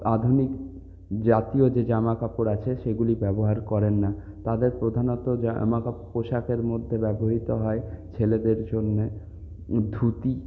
আধুনিক জাতীয় যে জামাকাপড় আছে সেগুলি ব্যবহার করেন না তাদের প্রধানত জামাকাপড় পোশাকের মধ্যে ব্যবহৃত হয় ছেলেদের জন্যে ধুতি